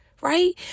Right